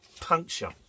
puncture